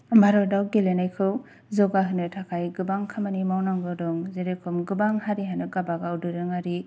भारतआव गेलेनायखौ जौगाहोनो थाखाय गोबां खामानि मावनांगौ दं गोबां हारिहानो गावबागाव दोरोङारि